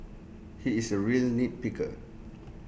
he is A real nit picker